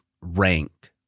rank